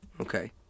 Okay